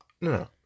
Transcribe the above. No